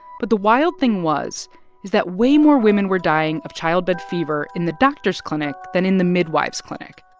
but the wild thing was is that way more women were dying of childbed fever in the doctors' clinic than in the midwives' clinic,